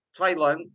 Thailand